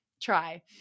try